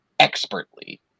expertly